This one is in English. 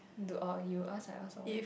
do or you ask I ask or what